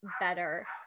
better